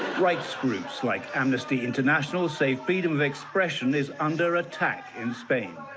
rights groups, like amnesty international say freedom of expression is under attack in spain.